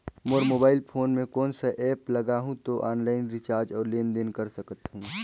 मोर mobile phone मे कोन सा एप्प लगा हूं तो ऑनलाइन रिचार्ज और लेन देन कर सकत हू?